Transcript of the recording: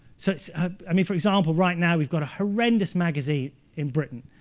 so so i mean for example, right now we've got a horrendous magazine in britain